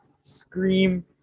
scream